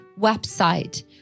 website